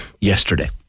yesterday